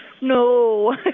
No